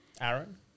Aaron